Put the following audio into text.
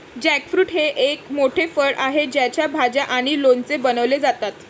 jackfruit हे एक मोठे फळ आहे ज्याच्या भाज्या आणि लोणचे बनवले जातात